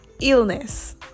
illness